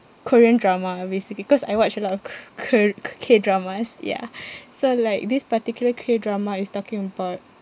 korean drama basically cause I watch a lot of ko~ kor~ ko~ K-dramas ya so like this particular K-drama is talking about